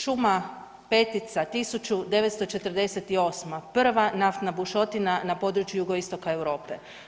Šuma, petica, 1948. prva naftna bušotina na području jugoistoka Europe.